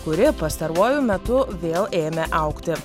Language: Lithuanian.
kuri pastaruoju metu vėl ėmė augti